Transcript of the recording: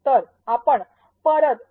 आता आपण परत ए